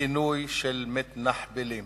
כינוי של "מתנחבלים".